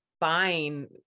buying